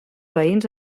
veïns